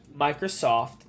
Microsoft